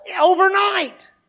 overnight